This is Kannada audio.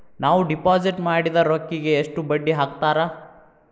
ನಾವು ಡಿಪಾಸಿಟ್ ಮಾಡಿದ ರೊಕ್ಕಿಗೆ ಎಷ್ಟು ಬಡ್ಡಿ ಹಾಕ್ತಾರಾ?